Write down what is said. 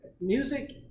Music